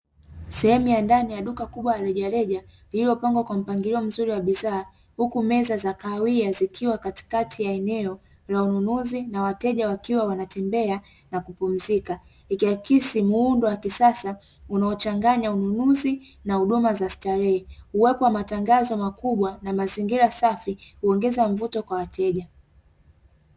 Sehemu ya ndani ya duka la rejareja, lililopangwa kwa mpangilio mzuri wa bidhaa, huku meza za kahawia zikiwa katikati ya eneo la ununuzi na wateja wakiwa wanatembea na kupumzika, ikiakisi muundo wa kisasa unaochanganya ununuzi na huduma za starehe. uwepo wa matangazo makubwa na mazingira safi huongeza mvuto kwa wateja.